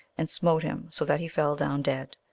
and smote him so that he fell down dead.